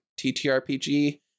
TTRPG